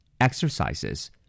Exercises